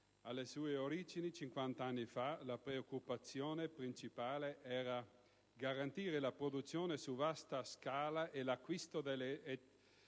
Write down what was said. Alle sue origini, cinquant'anni fa, la preoccupazione principale era garantire la produzione su vasta scala e l'acquisto delle